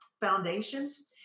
Foundations